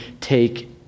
take